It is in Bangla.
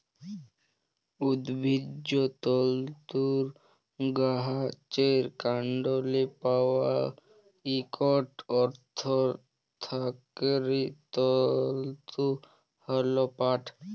উদ্ভিজ্জ তলতুর গাহাচের কাল্ডলে পাউয়া ইকট অথ্থকারি তলতু হ্যল পাট